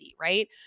right